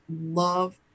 love